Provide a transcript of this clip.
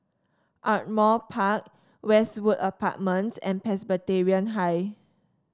Ardmore Park Westwood Apartments and Presbyterian High